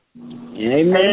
Amen